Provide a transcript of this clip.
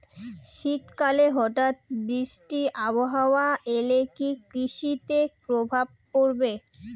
শীত কালে হঠাৎ বৃষ্টি আবহাওয়া এলে কি কৃষি তে প্রভাব পড়বে?